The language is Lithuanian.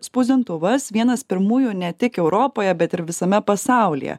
spausdintuvas vienas pirmųjų ne tik europoje bet ir visame pasaulyje